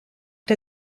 der